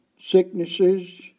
sicknesses